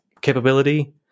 capability